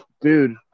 dude